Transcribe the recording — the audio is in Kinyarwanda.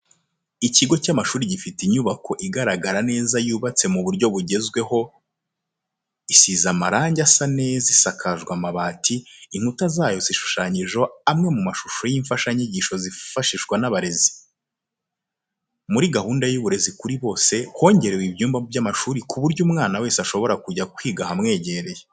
Ikigo cy'amashuri gifite inyubako igaragara neza yubatse mu buryo bugezweho isize amarange asa neza isakajwe amabati, inkuta zayo zishushanyijeho amwe mu mashusho y'imfashanyigisho zifashishwa n'abarezi. Muri gahunda y'uburezi kuri bose hongerewe ibyumba by'amashuri ku buryo umwana wese ashobora kujya kwiga ahamwegereye.